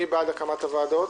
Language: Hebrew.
מי בעד הקמת הוועדות?